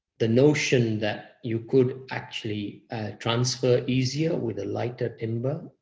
the notion that you could actually transfer easier with a lighter ember,